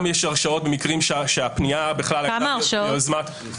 יש גם הרשעות שהפנייה הייתה ביוזמה של -- כמה הרשעות?